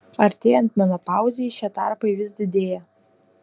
artėjant menopauzei šie tarpai vis didėja